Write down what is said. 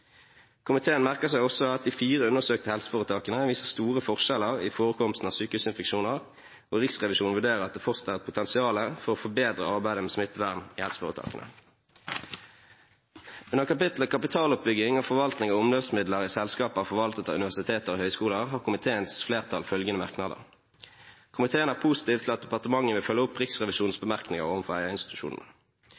Komiteen merker seg også at de fire undersøkte helseforetakene viser store forskjeller i forekomsten av sykehusinfeksjoner, og Riksrevisjonen vurderer at det fortsatt er et potensiale for å forbedre arbeidet med smittevern i helseforetakene.» Under kapitlet Kapitaloppbygging og forvaltning av omløpsmidler i selskaper forvaltet av universiteter og høyskoler har komiteen følgende merknader: «Komiteen er positiv til at departementet vil følge opp Riksrevisjonens